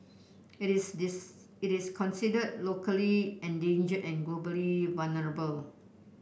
it is this it is considered locally endangered and globally vulnerable